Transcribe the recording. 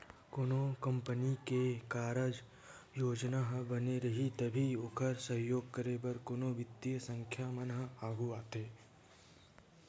कोनो कंपनी के कारज योजना ह बने रइही तभी ओखर सहयोग करे बर कोनो बित्तीय संस्था मन ह आघू आथे